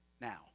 now